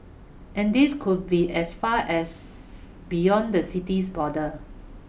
and these could be as far as beyond the city's borders